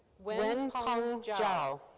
wenpeng zhao.